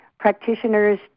practitioners